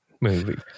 movie